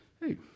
hey